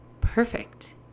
perfect